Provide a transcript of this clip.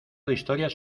historias